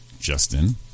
Justin